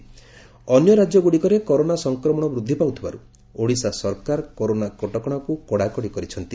corona ନିୟମ କଡାକଡି ଅନ୍ୟ ରାଜ୍ୟ ଗୁଡ଼ିକରେ କରୋନା ସଂକ୍ରମଶ ବୃଦ୍ଧି ପାଉଥିବାରୁ ଓଡ଼ିଶା ସରକାର କରୋନା କଟକଶାକୁ କଡାକଡି କରିଛନ୍ତି